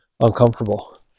uncomfortable